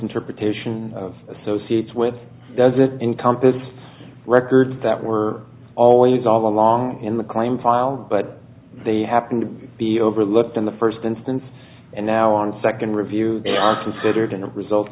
interpretation associates with does it encompass records that were always all along in the claim filed but the happen to be overlooked in the first instance and now on second review they are considered in the results